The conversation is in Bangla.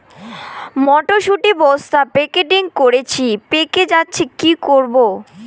মটর শুটি বস্তা প্যাকেটিং করেছি পেকে যাচ্ছে কি করব?